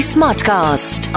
Smartcast